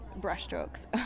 brushstrokes